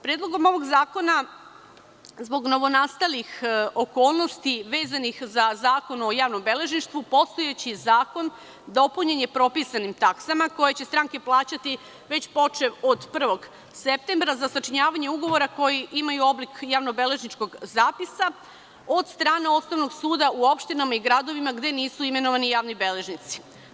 Predlogom ovog zakona zbog novonastalih okolnosti vezanih za Zakon o javnom beležništvu postojeći zakon dopunjen je propisanim taksama koje će stranke plaćati, već počev od 1. septembra za sačinjavanje ugovora koji imaju oblik javnobeležničkog zapisa od strane Osnovnog suda u opštinama i gradovima gde nisu imenovani javni beležnici.